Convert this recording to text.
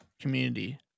Community